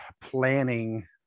planning